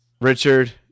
Richard